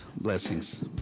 Blessings